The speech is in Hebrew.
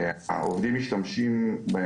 הזיקה של העובדים לסמים,